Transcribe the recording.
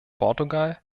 portugal